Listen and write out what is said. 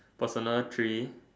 personal three